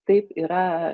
taip yra